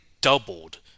doubled